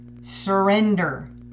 Surrender